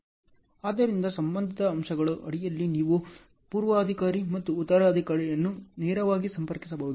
ಆದ್ದರಿಂದ ಸಂಬಂಧಿತ ಅಂಶಗಳ ಅಡಿಯಲ್ಲಿ ನೀವು ಪೂರ್ವಾಧಿಕಾರಿಪ್ರೆಡೆಚೆಸ್ಸೊರ್ ಮತ್ತು ಉತ್ತರಾಧಿಕಾರಿಯನ್ನು ನೇರವಾಗಿ ಸಂಪರ್ಕಿಸಬಹುದು